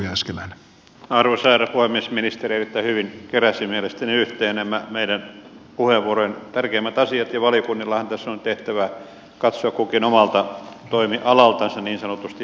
ministeri mielestäni erittäin hyvin keräsi yhteen nämä meidän puheenvuorojen tärkeimmät asiat ja valiokunnillahan tässä on nyt tehtävä niin sanotusti katsoa kukin omalta toimialaltansa asioita